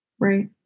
Right